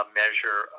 measure